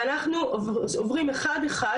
ואנחנו עוברים אחד אחד,